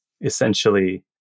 essentially